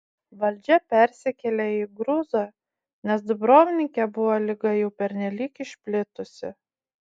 valdžia persikėlė į gruzą nes dubrovnike buvo liga jau pernelyg išplitusi